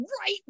right